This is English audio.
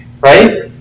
right